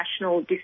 national